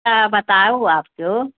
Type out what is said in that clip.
का बताऊ आपको